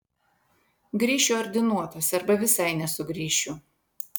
grįšiu ordinuotas arba visai nesugrįšiu